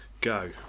Go